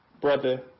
brother